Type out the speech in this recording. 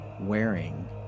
wearing